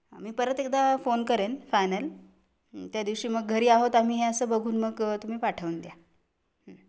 मी परत एकदा फोन करेन फायनल त्या दिवशी मग घरी आहोत आम्ही हे असं बघून मग तुम्ही पाठवून द्या